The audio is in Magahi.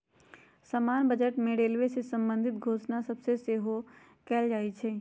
समान्य बजटे में रेलवे से संबंधित घोषणा सभ सेहो कएल जाइ छइ